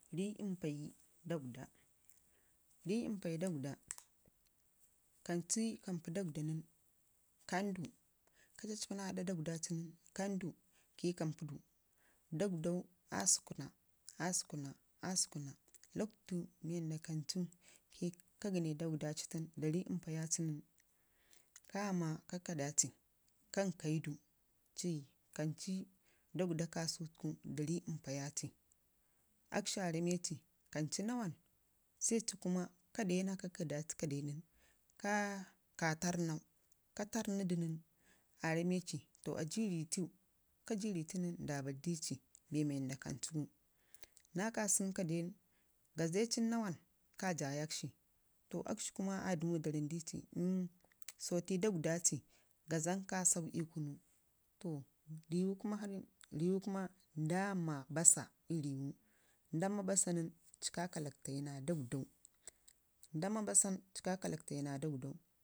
Bii impagi dagdwda, bii impayi dagdwda kanci kampi dagdwda nən kanda ka nibbakə na ada dangdwdau nən kandu kayi kampadu, dagdwdau aa səkuna aa sukuna locwidu mii warda kancu ka gənnai dagdwda ci nən, kama kakkada ci kayu du ci kancu dagdwda ka sawo da rii impayaci askeshi aa rameci, kam cu nawan sai ci kuma ka de naa kakkadaci ka den ka tarr nau ka tarrnudin, aa rameci to aji ii riifi wu nən nda barrdici bee mii wanda kacu naa kasunu ka den gaze cin nawan ka dayak shi to akshi kuma aa dəmu da ramdici to gazan kasau riiwu kume nda ma bassa ii riiwu ntama bassa nən ci ka kalagtena dagdar dau